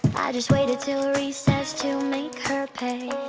i just waited til recess to make her pay